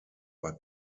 war